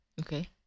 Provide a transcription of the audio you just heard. Okay